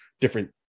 different